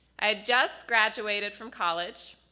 i had just graduated from college,